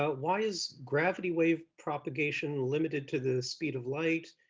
ah why is gravity wave propagation limited to the speed of light?